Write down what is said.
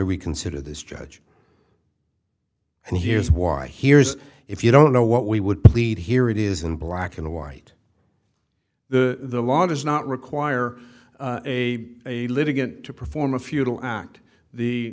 reconsider this judge and here's why here's if you don't know what we would plead here it is in black and white the law does not require a a litigant to perform a futile act the